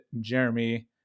jeremy